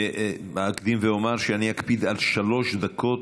אקדים ואומר שאני אקפיד על שלוש דקות,